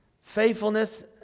faithfulness